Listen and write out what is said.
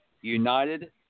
United